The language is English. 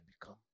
become